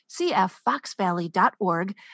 cffoxvalley.org